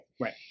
Right